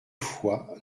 fois